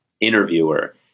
interviewer